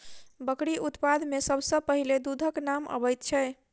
बकरी उत्पाद मे सभ सॅ पहिले दूधक नाम अबैत छै